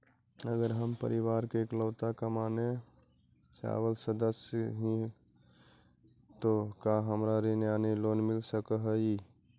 अगर हम परिवार के इकलौता कमाने चावल सदस्य ही तो का हमरा ऋण यानी लोन मिल सक हई?